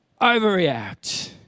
overreact